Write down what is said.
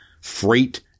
freight